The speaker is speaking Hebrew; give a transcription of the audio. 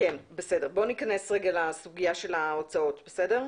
בוא נכנס רגע לסוגיה של ההוצאות, בסדר?